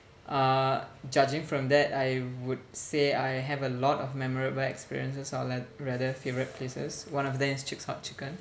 uh judging from that I would say I have a lot of memorable experiences or ra~ rather favourite places one of them is Chix hot chicken